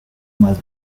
más